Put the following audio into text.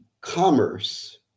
commerce